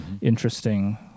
interesting